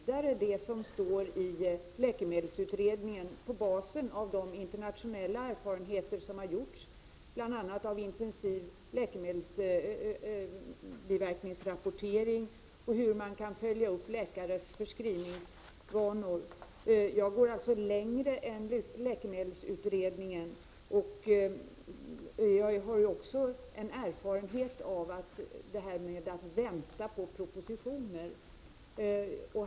Herr talman! I mina motioner har jag vidareutvecklat det som står i läkemedelsutredningen, på basis av de internationella erfarenheter som bl.a. har gjorts av intensiv läkemedelsbiverkningsrapportering och av hur man kan följa upp läkares förskrivningsvanor. Jag vill således gå längre än läkemedelsutredningen. Jag har även erfarenhet av att vänta på propositioner.